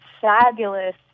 fabulous